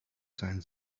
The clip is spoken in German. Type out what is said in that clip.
sein